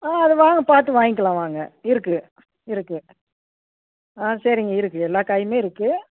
ஆ அது வாங்க பார்த்து வாய்ங்கலாம் வாங்க இருக்கு இருக்கு ஆ சரிங்க இருக்கு எல்லா காயுமே இருக்கு